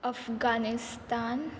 Afghanistan